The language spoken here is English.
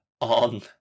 on